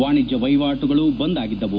ವಾಣಿಜ್ಯ ವಹಿವಾಟುಗಳು ಬಂದ್ ಆಗಿದ್ದವು